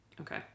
Okay